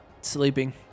Sleeping